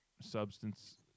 substance